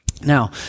Now